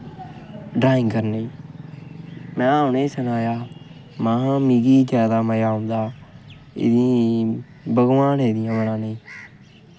drawing करने गी में उ'नें गी सनाया महां मिगी मज़ा औंदा एह्दा भगवानें दियां बनाने गी